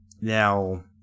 Now